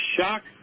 shock